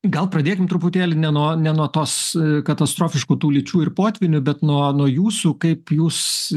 gal pradėkim truputėlį ne nuo ne nuo tos katastrofiškų tų lyčių ir potvynių bet nuo jūsų kaip jūs